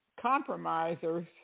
compromisers